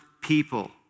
people